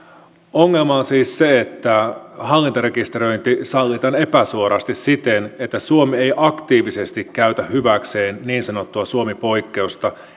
ongelma on siis se että hallintarekisteröinti sallitaan epäsuorasti siten että suomi ei aktiivisesti käytä hyväkseen niin sanottua suomi poikkeusta